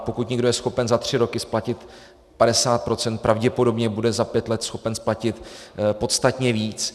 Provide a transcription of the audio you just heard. Pokud někdo je schopen za tři roky splatit 50 %, pravděpodobně bude za pět let schopen splatit podstatně víc.